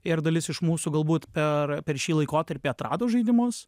ir dalis iš mūsų galbūt per per šį laikotarpį atrado žaidimus